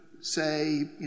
say